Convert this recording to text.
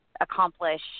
accomplish